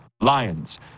Lions